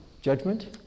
Judgment